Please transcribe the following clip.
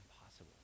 impossible